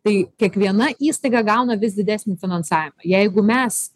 tai kiekviena įstaiga gauna vis didesnį finansavimą jeigu mes